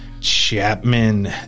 chapman